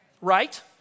Right